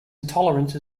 intolerance